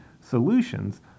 solutions